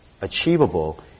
achievable